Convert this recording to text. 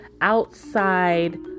outside